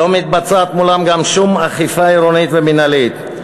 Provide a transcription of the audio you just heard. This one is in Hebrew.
לא מתבצעת מולם שום אכיפה עירונית ומינהלית.